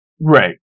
Right